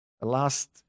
last